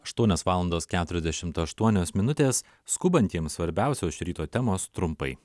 aštuonios valandos keturiasdešimt aštuonios minutės skubantiems svarbiausia iš ryto temos trumpai